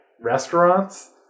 Restaurants